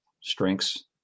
strengths